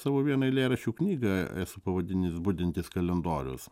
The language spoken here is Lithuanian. savo vieną eilėraščių knygą esu pavadinęs budintis kalendorius